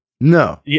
No